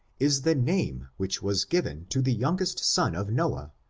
is the name which was given to the youngest son of noah,